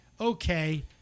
okay